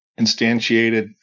instantiated